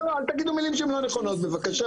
לא, לא, אל תגידו מילים שהן לא נכונות, בבקשה.